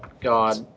God